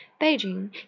Beijing